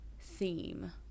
theme